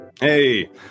Hey